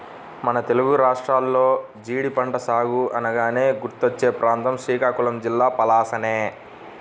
మన తెలుగు రాష్ట్రాల్లో జీడి పంట సాగు అనగానే గుర్తుకొచ్చే ప్రాంతం శ్రీకాకుళం జిల్లా పలాసనే